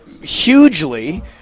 hugely